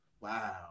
Wow